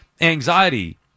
anxiety